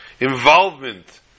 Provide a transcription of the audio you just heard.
involvement